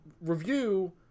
review